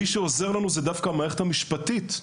מי שעוזר לנו זו המערכת המשפטית.